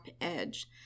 edge